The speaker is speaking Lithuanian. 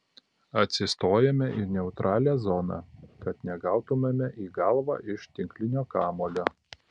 atsistojame į neutralią zoną kad negautumėme į galvą iš tinklinio kamuolio